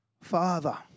Father